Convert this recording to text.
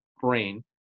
brain